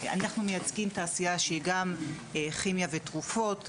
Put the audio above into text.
אנחנו מייצגים תעשייה שהיא גם כימיה ותרופות,